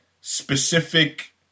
specific